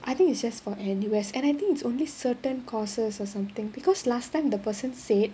I think it's just for N_U_S and I think it's only certain courses or something because last time the person said